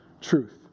truth